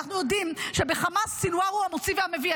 אנחנו יודעים שבחמאס סנוואר הוא המוציא והמביא.